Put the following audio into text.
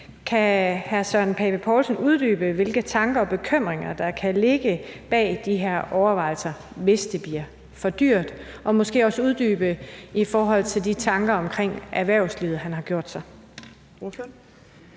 Kan hr. Søren Pape Poulsen uddybe, hvilke tanker og bekymringer der kan ligge bag de her overvejelser om, hvis det bliver for dyrt? Og måske også uddybe de tanker om erhvervslivet, som han har gjort sig.